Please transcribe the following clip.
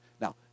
Now